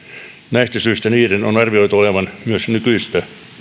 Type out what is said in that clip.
näistä syistä niiden on arvioitu olevan myös nykyistä